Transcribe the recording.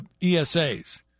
ESAs